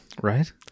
Right